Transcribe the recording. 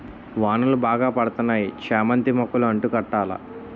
వానలు బాగా పడతన్నాయి చామంతి మొక్కలు అంటు కట్టాల